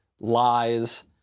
lies